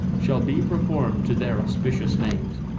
shall be perform'd to their auspicious names.